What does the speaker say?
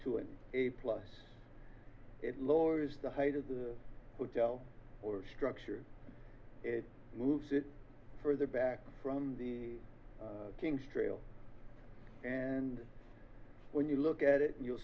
two and a plus it lowers the height of the hotel or structure it moves it further back from the king's trail and when you look at it you'll